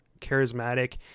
charismatic